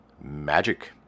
magic